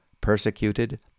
persecuted